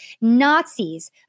Nazis